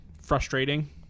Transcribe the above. frustrating